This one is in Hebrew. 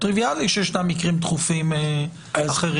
טריביאלי שישנם מקרים דחופים אחרים.